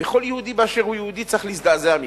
וכל יהודי באשר הוא צריך להזדעזע מכך.